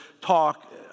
talk